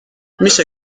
میشه